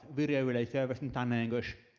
video relay service in sign language.